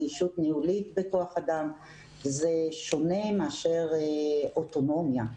גמישות ניהולית בכוח אדם וזה שונה מאשר אוטונומיה.